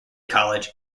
college